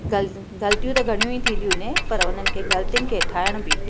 गल ग़लतियूं त घणियूं ई थींदियूं आहिनि पर उन्हनि खे ग़लतियुनि खे ठाहिण बि